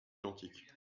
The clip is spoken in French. identiques